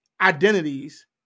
identities